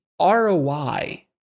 ROI